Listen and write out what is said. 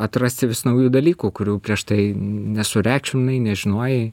atrasti vis naujų dalykų kurių prieš tai nesureikšminai nežinojai